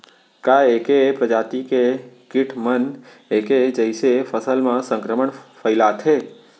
का ऐके प्रजाति के किट मन ऐके जइसे फसल म संक्रमण फइलाथें?